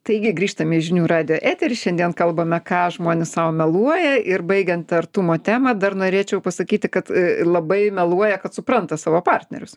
taigi grįžtam į žinių radijo eterį šiandien kalbame ką žmonės sau meluoja ir baigiant artumo temą dar norėčiau pasakyti kad labai meluoja kad supranta savo partnerius